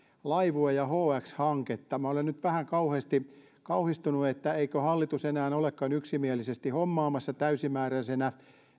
laivue ja hx hankkeita ja olen nyt vähän kauhistunut että eikö hallitus enää olekaan yksimielisesti hommaamassa täysimääräisenä